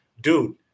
dude